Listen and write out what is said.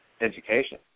education